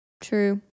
true